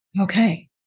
Okay